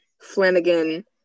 flanagan